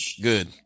Good